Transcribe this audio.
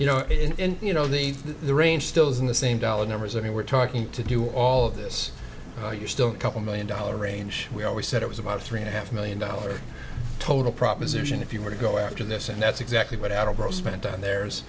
you know it and you know they've the range still isn't the same dollar numbers i mean we're talking to do all of this oh you're still a couple million dollar range we always said it was about three and a half million dollar total proposition if you want to go after this and that's exactly what had a row spent on the